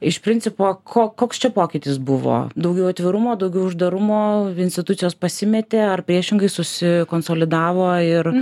iš principo ko koks čia pokytis buvo daugiau atvirumo daugiau uždarumo institucijos pasimetė ar priešingai susikonsolidavo ir